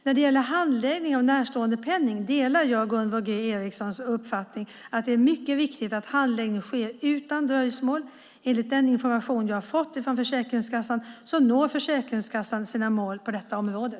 När det gäller handläggning av närståendepenningen delar jag Gunvor G Ericsons uppfattning att det är mycket viktigt att handläggningen sker utan dröjsmål. Enligt den information som jag har fått från Försäkringskassan når Försäkringskassan sina mål på detta område.